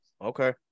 Okay